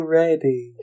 ready